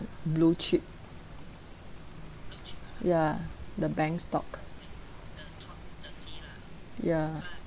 blue chip ya the bank stock ya